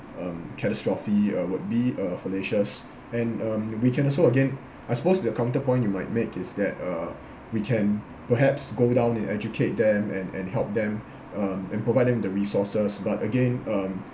um catastrophe uh would be uh fallacious and um we can also again I suppose the counterpoint you might make is that uh we can perhaps go down and educate them and and help them um and provide them the resources but again um